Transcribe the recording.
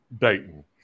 Dayton